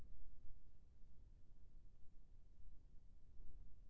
आदा के सही सही बजार भाव कोन करा से मिलही?